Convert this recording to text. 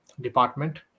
department